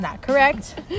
correct